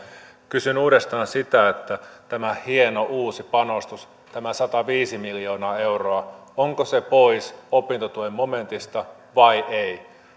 kysyn uudestaan sitä onko tämä hieno uusi panostus tämä sataviisi miljoonaa euroa pois opintotuen momentista vai ei